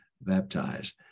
baptized